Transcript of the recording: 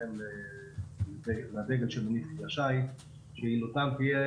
בהתאם לדגל שמניף כלי השיט שיעילותם תהיה